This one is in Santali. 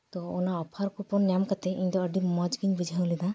ᱛᱚ ᱚᱱᱟ ᱚᱯᱷᱟᱨ ᱠᱩᱯᱚᱱ ᱧᱟᱢ ᱠᱟᱛᱮᱫ ᱤᱧ ᱫᱚ ᱟᱹᱰᱤ ᱢᱚᱡᱽ ᱜᱤᱧ ᱵᱩᱡᱷᱟᱹᱣ ᱞᱮᱫᱟ